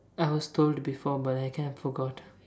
I was told before but I kind of forgot